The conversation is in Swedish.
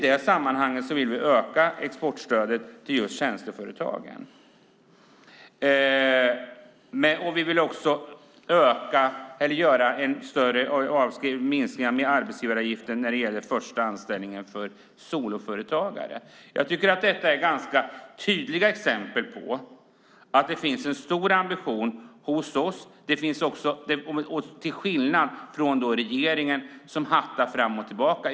Vi vill öka exportstödet till just tjänsteföretagen. Vidare vill vi minska arbetsgivaravgiften när det gäller första anställningen hos soloföretagare. Det här är ganska tydliga exempel på att det finns en stor ambition hos oss till skillnad från hur det är med regeringen som hattar fram och tillbaka.